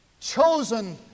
Chosen